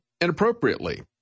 inappropriately